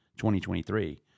2023